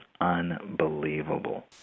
unbelievable